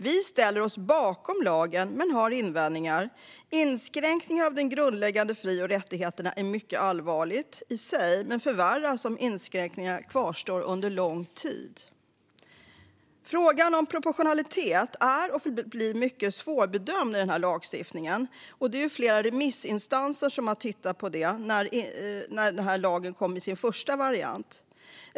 Vi ställer oss bakom lagen men har invändningar. Inskränkningar av de grundläggande fri och rättigheterna är mycket allvarliga i sig, men det kan förvärras om inskränkningarna kvarstår under lång tid. Frågan om proportionalitet är och förblir mycket svårbedömd i denna lagstiftning. Flera remissinstanser tittade på det när denna lag kom i sin första variant.